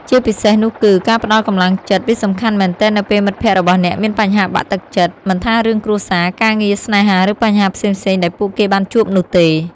ជាពិសេសនោះគឺ ការផ្ដល់កម្លាំងចិត្ត វាសំខាន់មែនទែននៅពេលមិត្តភក្ដិរបស់អ្នកមានបញ្ហាបាក់ទឹកចិត្ត មិនថារឿងគ្រួសារ ការងារ ស្នេហា ឬបញ្ហាផ្សេងៗដែរពួកគេបានជួបនោះទេ។